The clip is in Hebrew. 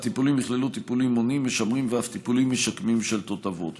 הטיפולים יכללו טיפולים מונעים ומשמרים ואף טיפולים משקמים של תותבות.